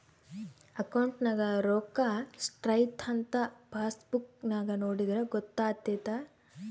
ಅಕೌಂಟ್ನಗ ರೋಕ್ಕಾ ಸ್ಟ್ರೈಥಂಥ ಪಾಸ್ಬುಕ್ ನಾಗ ನೋಡಿದ್ರೆ ಗೊತ್ತಾತೆತೆ